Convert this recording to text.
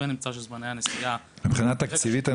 ונמצא שזמני הנסיעה --- מבחינה תקציבית אני